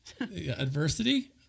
Adversity